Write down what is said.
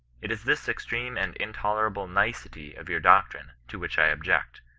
it is this extreme and intolerable nicety of your doctrine to which i object,